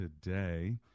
today